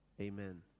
amen